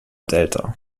delta